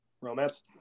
Romance